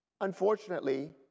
unfortunately